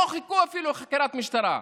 לא חיכו אפילו לחקירת משטרה.